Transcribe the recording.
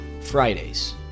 Fridays